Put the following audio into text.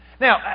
Now